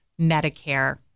Medicare